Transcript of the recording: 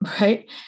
right